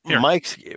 Mike's